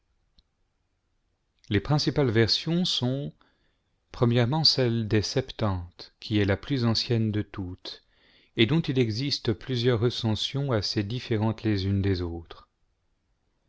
les principales versions sont celle des septante qui est la plus ancienne de toutes et dont il existe plusieurs recensions assez différentes les unes des autres